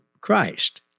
Christ